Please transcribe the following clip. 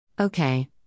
Okay